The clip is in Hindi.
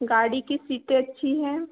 गाड़ी की सीटें अच्छी हैं